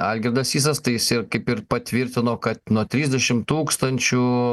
algirdas sysas tai jis ir kaip ir patvirtino kad nuo trisdešim tūkstančių